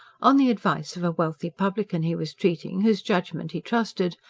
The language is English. on the advice of a wealthy publican he was treating, whose judgment he trusted,